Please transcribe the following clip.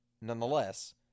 nonetheless